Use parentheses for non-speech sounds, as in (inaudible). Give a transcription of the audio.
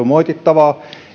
(unintelligible) moitittavaa